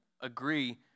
agree